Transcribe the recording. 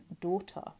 daughter